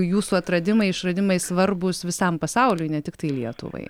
jūsų atradimai išradimai svarbūs visam pasauliui ne tiktai lietuvai